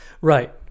Right